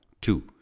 two